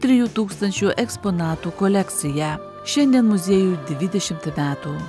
trijų tūkstančių eksponatų kolekciją šiandien muziejui dvidešimt metų